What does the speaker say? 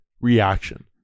reaction